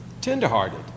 tenderhearted